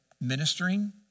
ministering